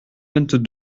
vingt